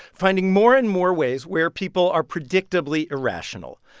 finding more and more ways where people are predictably irrational.